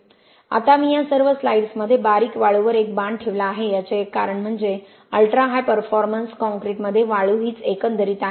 आता मी या सर्व स्लाइड्समध्ये बारीक वाळूवर एक बाण ठेवला आहे याचे एक कारण म्हणजे अल्ट्रा हाय परफॉर्मन्स काँक्रीटमध्ये वाळू हीच एकंदरीत आहे